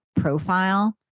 profile